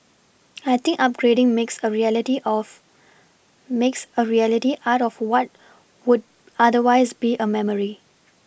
I think upgrading makes a reality of makes a reality out of what would otherwise be a memory